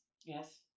Yes